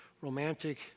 romantic